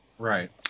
Right